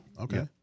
Okay